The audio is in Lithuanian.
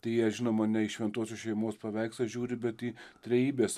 tai jie žinoma ne iš šventosios šeimos paveikslo žiūri bet į trejybės